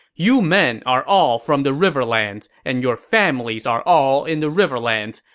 you men are all from the riverlands, and your families are all in the riverlands.